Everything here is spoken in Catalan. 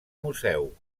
museu